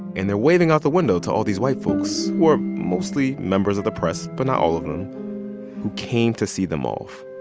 and they're waving out the window to all these white folks, who are mostly members of the press but not all of them who came to see them off.